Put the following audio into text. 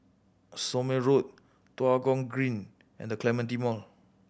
Somme Road Tua Kong Green and The Clementi Mall